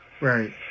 right